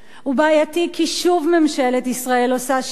הוא בעייתי כי שוב ממשלת ישראל עושה שימוש